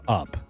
up